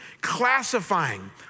classifying